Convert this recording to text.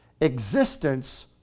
existence